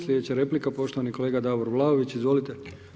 Sljedeća replika poštovani kolega Davor Vlaović, izvolite.